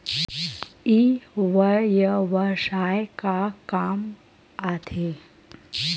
ई व्यवसाय का काम आथे?